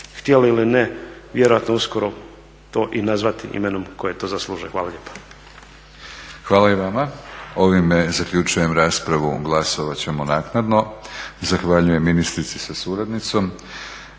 htjeli ili ne vjerojatno uskoro to i nazvati imenom koje to zaslužuje. Hvala lijepa. **Batinić, Milorad (HNS)** Hvala i vama. Ovime zaključujem raspravu. Glasovati ćemo naknadno. Zahvaljujem ministrici sa suradnicom.